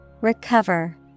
Recover